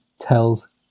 tells